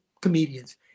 comedians